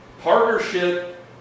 partnership